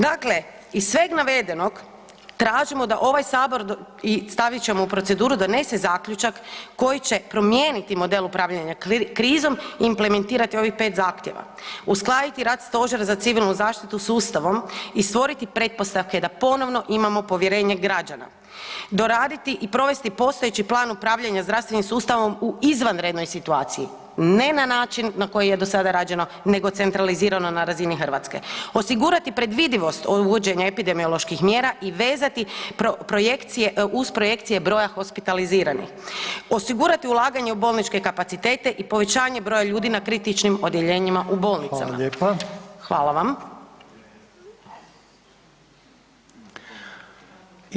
Dakle, iz sveg navedenoga tražimo da ovaj Sabor i stavit ćemo u proceduru donese zaključak koji će promijeniti model upravljanja krizom, implementirati ovih pet zahtjeva, uskladiti rad stožera za civilnu zaštitu s Ustavom i stvoriti pretpostavke da ponovno imamo povjerenje građana, doraditi i provesti postojeći plan upravljanja zdravstvenim sustavom u izvanrednoj situaciji ne na način na koji je do sada rađeno nego centralizirano na razini Hrvatske, osigurati predvidivost od uvođenja epidemioloških mjera i vezati uz projekcije broja hospitaliziranih, osigurati ulaganje u bolničke kapacitete i povećanje broja ljudi na kritičnim odjeljenjima u bolnicama [[Upadica Reiner: Hvala lijepa.]] Hvala vam.